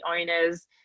owners